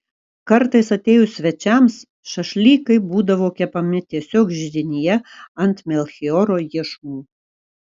kartais atėjus svečiams šašlykai būdavo kepami tiesiog židinyje ant melchioro iešmų